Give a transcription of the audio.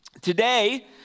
Today